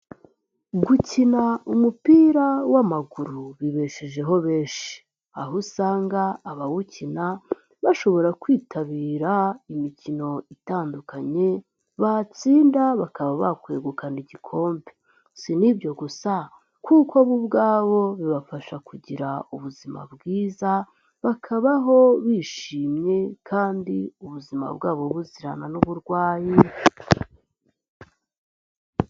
Gukina umupira w'amaguru bibeshejeho benshi, aho usanga abawukina, bashobora kwitabira imikino itandukanye, batsinda bakaba bakwegukana igikombe, si n'ibyo gusa kuko bo ubwabo bibafasha kugira ubuzima bwiza, bakabaho bishimye kandi ubuzima bwabo buzirana n'uburwayi.